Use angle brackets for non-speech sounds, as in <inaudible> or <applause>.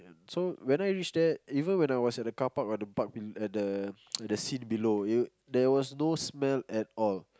so when I reach there even when I was at the carpark or the park in at the <noise> at the scene below it there was no smell at all